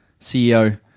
CEO